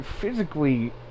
Physically